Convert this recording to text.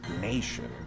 nation